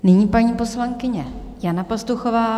Nyní paní poslankyně Jana Pastuchová.